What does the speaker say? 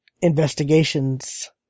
investigations